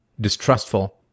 distrustful